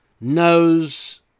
knows